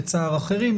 לצער אחרים,